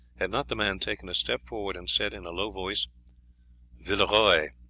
had not the man taken a step forward and said in a low voice villeroy!